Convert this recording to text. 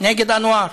נגד אנואר.